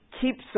keeps